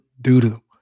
doo-doo